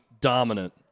dominant